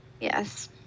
Yes